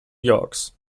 yorks